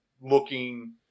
looking –